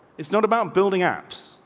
it's not about building aps.